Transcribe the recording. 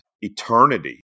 eternity